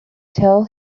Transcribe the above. tell